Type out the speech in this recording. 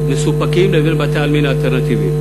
מסופקים לבין בתי-העלמין האלטרנטיביים.